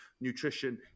nutrition